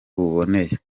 buboneye